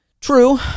True